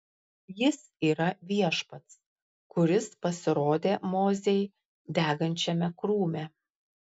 jis yra viešpats kuris pasirodė mozei degančiame krūme